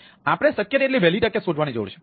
તેથી આપણે શક્ય તેટલી વહેલી તકે શોધવાની જરૂર છે